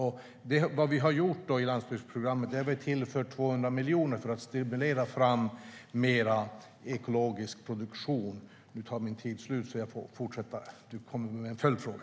Vi har tillfört 200 miljoner i landsbygdsprogrammet för att stimulera fram mer ekologisk produktion. Jag får återkomma i mitt nästa inlägg.